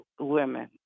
women